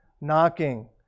knocking